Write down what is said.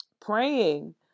praying